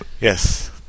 Yes